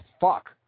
fuck